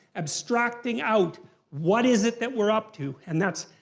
abstracting out what is it that we're up to, and that's.